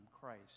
Christ